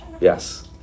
Yes